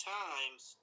times